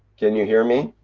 can you hear me?